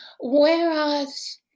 Whereas